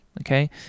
Okay